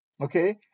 okay